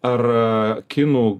ar kinų